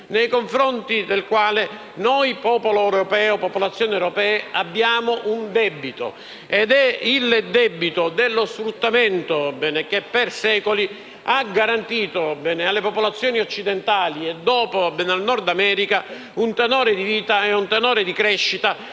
nei confronti del quale noi popolazioni europee abbiamo un debito: il debito dello sfruttamento che per secoli ha garantito alle popolazioni occidentali e dopo del Nord America un tenore di vita e di crescita